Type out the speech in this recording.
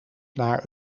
naar